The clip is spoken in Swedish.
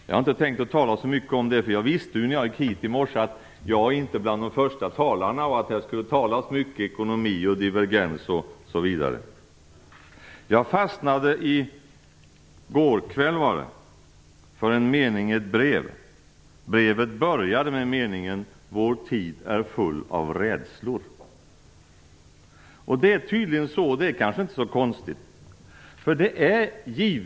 Jag har inte tänkt att tala så mycket om detta, för jag visste när jag gick hit i morse att jag inte var bland de första talarna och att det skulle talas mycket ekonomi och divergens. Jag fastnade i går kväll för en mening i ett brev. Brevet började med meningen: Vår tid är full av rädslor. Det är tydligen så, och det är kanske inte så konstigt.